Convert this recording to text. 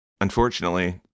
unfortunately